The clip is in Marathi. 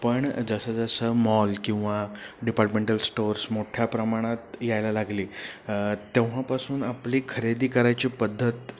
पण जसंजसं मॉल किंवा डिपार्टमेंटल स्टोर्स मोठ्या प्रमाणात यायला लागले तेव्हापासून आपली खरेदी करायची पद्धत